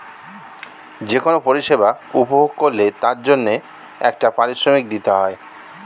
যে কোন পরিষেবা উপভোগ করলে তার জন্যে একটা পারিশ্রমিক দিতে হয়